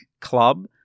club